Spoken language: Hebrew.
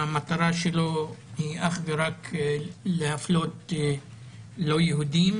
המטרה שלו אך ורק להפלות לא יהודים